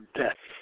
death